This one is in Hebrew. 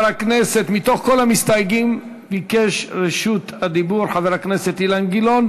מכל המסתייגים ביקש את רשות הדיבור חבר הכנסת אילן גילאון,